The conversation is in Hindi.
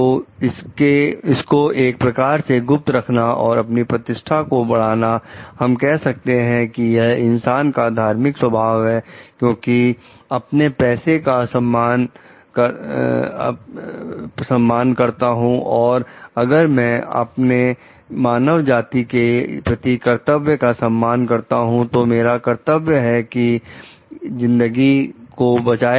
तो इसको एक प्रकार से गुप्त रखना और अपनी प्रतिष्ठा को बढ़ाना हम कह सकते हैं कि यह इंसान का धार्मिक स्वभाव है क्योंकि अपने पैसे का सम्मान करता हूं और अगर मैं अपने मानव जाति के प्रति कर्तव्य का सम्मान करता हूं जो मेरा कर्तव्य है कि जिंदगी को बचाना